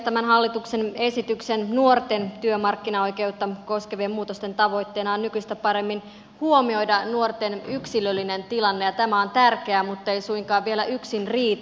tämän hallituksen esityksen nuorten työmarkkinaoikeutta koskevien muutosten tavoitteena on nykyistä paremmin huomioida nuorten yksilöllinen tilanne ja tämä on tärkeää muttei suinkaan vielä yksin riitä